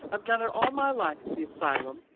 i've done it all my life at the asylum,